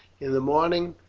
in the morning,